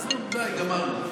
עזבו, די, גמרנו.